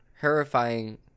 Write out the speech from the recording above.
horrifying